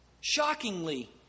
shockingly